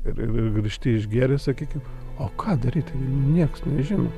ir grįžti išgėręs sakykim o ką daryt tai nieks nežino